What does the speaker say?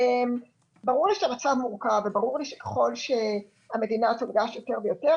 ברור לי שהמצב מורכב וברור לי שככל שהמדינה תונגש יותר ויותר